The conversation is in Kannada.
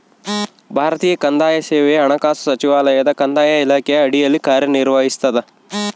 ಭಾರತೀಯ ಕಂದಾಯ ಸೇವೆ ಹಣಕಾಸು ಸಚಿವಾಲಯದ ಕಂದಾಯ ಇಲಾಖೆಯ ಅಡಿಯಲ್ಲಿ ಕಾರ್ಯನಿರ್ವಹಿಸ್ತದ